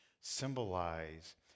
symbolize